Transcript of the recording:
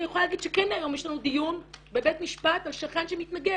אני יכולה להגיד שכן יש לנו דיון היום בבית משפט על שכן שמתנגד.